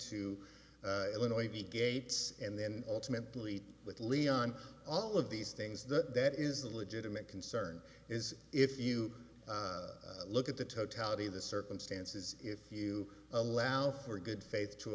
to illinois the gates and then ultimately with leon all of these things that that is a legitimate concern is if you look at the totality of the circumstances if you allow for good faith to